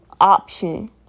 option